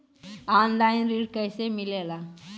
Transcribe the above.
Online ऋण कैसे मिले ला?